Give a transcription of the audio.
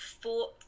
four